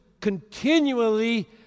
continually